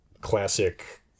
classic